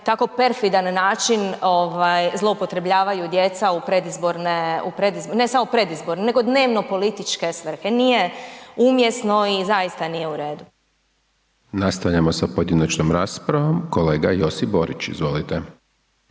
tako perfidan način zloupotrebljavaju djeca u predizborne, ne samo u predizborne nego dnevno političke svrhe, nije umjesno i zaista nije u redu. **Hajdaš Dončić, Siniša (SDP)** Nastavljamo sa pojedinačnom raspravom, kolega Josip Borić. **Borić,